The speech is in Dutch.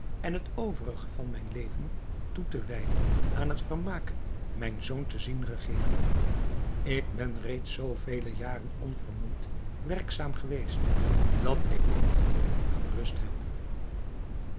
en het overige van mijn leven toe te wijden aan het vermaak mijn zoon te zien regeren ik ben reeds zoo vele jaren onvermoeid werkzaam geweest dat ik behoefte aan rust heb